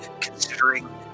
considering